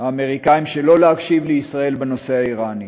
האמריקנים שלא להקשיב לישראל בנושא האיראני.